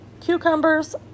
cucumbers